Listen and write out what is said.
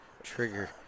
Trigger